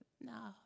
No